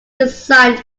designed